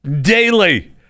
daily